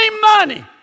money